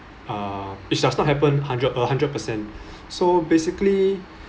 uh which does not happen hundred a hundred percent so basically